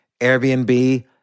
Airbnb